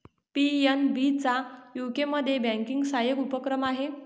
PNB चा यूकेमध्ये banking सहाय्यक उपक्रम आहे